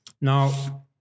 Now